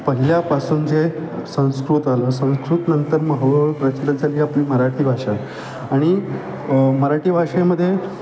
पहिल्यापासून जे संस्कृत आलं संस्कृतनंतर मग हळूहळू प्रचलित झाली आपली मराठी भाषा आणि मराठी भाषेमध्ये